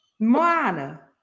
Moana